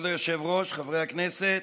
כבוד היושב-ראש, חברי הכנסת,